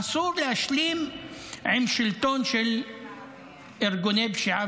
אסור להשלים עם שלטון של ארגוני פשיעה